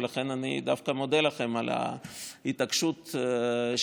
ולכן אני דווקא מודה לכם על ההתעקשות שלכם.